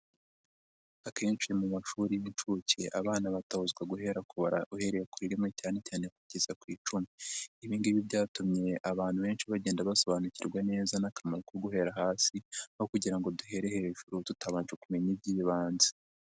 Akenshi mu mashuri y'inshuke abana batozwa guhera kubara uhereye kuri rimwe cyanecyane kugeza ku icumi. Ibigibi byatumye abantu benshi bagenda basobanukirwa neza n'akamaro ko guhera hasi, aho kugira ngo duhere hejuru tutabanje kumenya iby'ibanze.